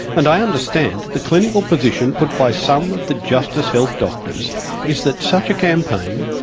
and i understand that the clinical position put by some of the justice health doctors is that such a campaign,